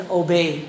obey